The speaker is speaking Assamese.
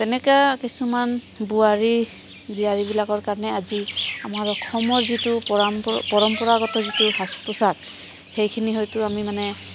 এনেকুৱা কিছুমান বোৱাৰী জীয়াৰীবিলাকৰ কাৰণে আজি আমাৰ অসমৰ যিটো পৰম্পৰাগত যিটো সাজ পোচাক সেইখিনি হয়তো আমি মানে